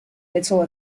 little